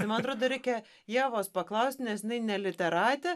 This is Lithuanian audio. tai man atrodo reikia ievos paklausti nes jinai ne literatė